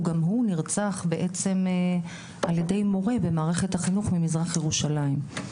גם הוא נרצח בעצם על ידי מורה במערכת החינוך ממזרח ירושלים.